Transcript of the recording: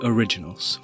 Originals